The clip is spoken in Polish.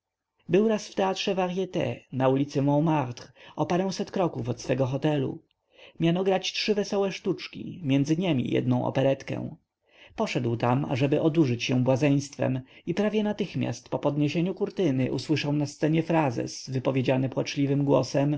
był raz w teatrze varits na ul montmartre o paręset kroków od swego hotelu miano grać trzy wesołe sztuczki między niemi jednę operetkę poszedł tam ażeby odurzyć się błazeństwem i prawie natychmiast po podniesieniu kurtyny usłyszał na scenie frazes wypowiedziany płaczliwym głosem